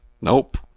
Nope